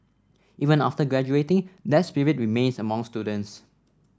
even after graduating that spirit remains among students